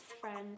friend